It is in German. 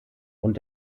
und